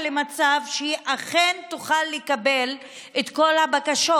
למצב שהיא אכן תוכל לקבל את כל הבקשות.